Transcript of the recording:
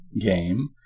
game